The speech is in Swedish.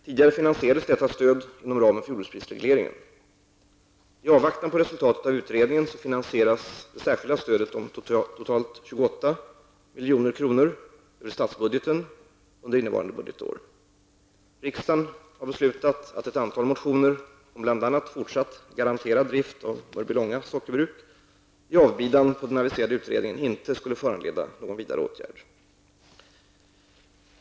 Tidigare finansierades detta stöd inom ramen för jordbruksprisregleringen. I avvaktan på resultatet av utredningen finansieras det särskilda stödet om totalt 28 milj.kr. över statsbudgeten under innevarande budgetår. Riksdagen beslutade att ett antal motioner, om bl.a. fortsatt garanterad drift av Mörbylånga sockerbruk, i avbidan på den aviserade utredningen inte skulle föranleda någon vidare åtgärd.